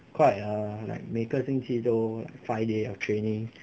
quite ah like 每个星期都 five day of training